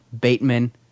Bateman